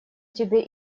тебе